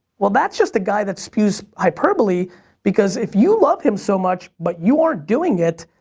well, that's just a guy that spews hyperbole because if you love him so much but you aren't doing it,